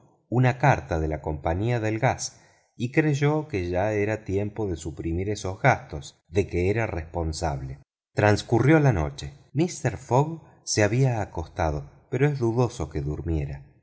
una carta de la compañía del gas y creyó que ya era tiempo de suprimir estos gastos de que era responsable transcurrió la noche mister fogg se había acostado pero es dudoso que durmiera